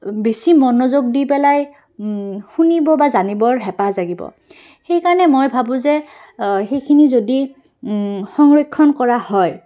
বেছি মনোযোগ দি পেলাই শুনিব বা জানিবৰ হেঁপাহ জাগিব সেইকাৰণে মই ভাবোঁ যে সেইখিনি যদি সংৰক্ষণ কৰা হয়